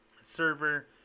server